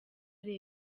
ari